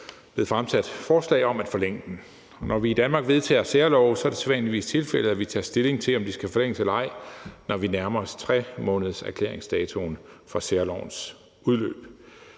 blevet fremsat forslag om at forlænge den. Når vi i Danmark vedtager særlove, er det sædvanligvis tilfældet, at vi tager stilling til, om de skal forlænges eller ej, når vi nærmer os 3-månederserklæringsdatoen for særlovens udløb.